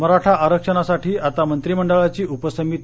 मराठा आरक्षणासाठी आता मंत्रिमंडळाची उपसमिती